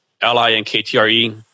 L-I-N-K-T-R-E